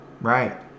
right